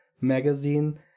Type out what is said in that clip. magazine